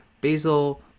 Basil